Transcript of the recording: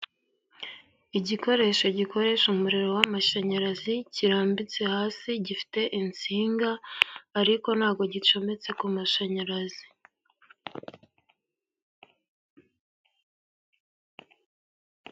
Igikoresho gikoresha umuriro w'amashanyarazi, kirambitse hasi gifite insinga ariko ntabwo gicometse ku mashanyarazi.